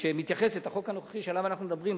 החוק הנוכחי שעליו אנחנו מדברים,